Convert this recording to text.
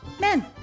men